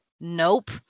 Nope